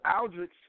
Aldrich